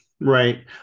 right